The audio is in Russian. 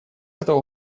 этого